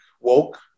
woke